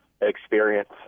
experience